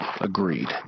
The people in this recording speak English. Agreed